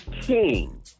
king